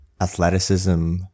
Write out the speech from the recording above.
athleticism